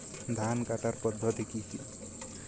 ধান কাটার পদ্ধতি কি কি?